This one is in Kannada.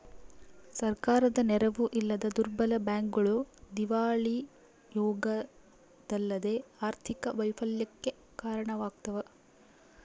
ಸರ್ಕಾರದ ನೆರವು ಇಲ್ಲದ ದುರ್ಬಲ ಬ್ಯಾಂಕ್ಗಳು ದಿವಾಳಿಯಾಗೋದಲ್ಲದೆ ಆರ್ಥಿಕ ವೈಫಲ್ಯಕ್ಕೆ ಕಾರಣವಾಗ್ತವ